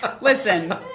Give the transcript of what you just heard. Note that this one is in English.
Listen